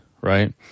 right